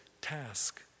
task